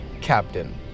Captain